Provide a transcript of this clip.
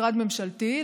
משרד ממשלתי,